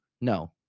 No